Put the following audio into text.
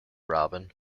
robin